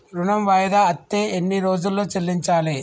ఋణం వాయిదా అత్తే ఎన్ని రోజుల్లో చెల్లించాలి?